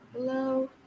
Hello